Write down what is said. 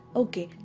okay